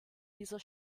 dieser